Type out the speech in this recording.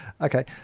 Okay